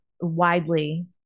widely